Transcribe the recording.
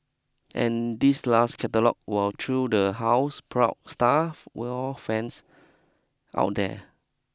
and this last catalogue will thrill the houseproud staff war fans out there